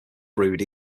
brood